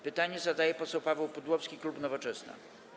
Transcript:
Pytanie zadaje poseł Paweł Pudłowski, klub Nowoczesna.